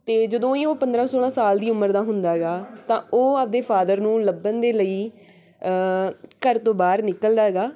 ਅਤੇ ਜਦੋਂ ਹੀ ਉਹ ਪੰਦਰਾਂ ਸੋਲਾਂ ਸਾਲ ਦੀ ਉਮਰ ਦਾ ਹੁੰਦਾ ਆਗਾ ਤਾਂ ਉਹ ਆਪਣੇ ਫਾਦਰ ਨੂੰ ਲੱਭਣ ਦੇ ਲਈ ਘਰ ਤੋਂ ਬਾਹਰ ਨਿਕਲਦਾ ਆਗਾ